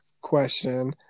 question